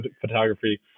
photography